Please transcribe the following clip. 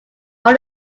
all